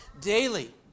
daily